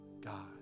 God